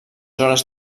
zones